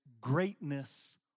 greatness